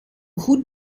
goed